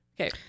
Okay